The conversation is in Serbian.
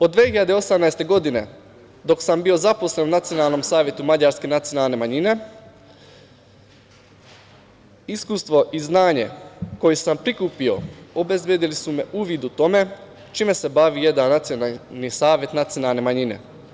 Od 2018. godine, dok sam bio zaposlen u Nacionalnom savetu mađarske nacionalne manjine, iskustvo i znanje koje sam prikupio obezbedili su mi uvid u to čime se bavi jedan nacionalni savet nacionalne manjine.